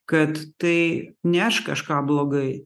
kad tai ne aš kažką blogai